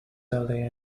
earlier